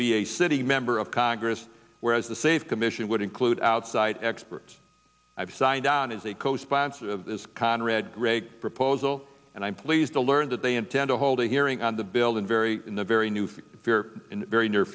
be a sitting member of congress whereas the save commission would include outside experts i've signed on as a co sponsor of this conrad gregg proposal and i'm pleased to learn that they intend to hold a hearing on the bill in very in the very new fear in very near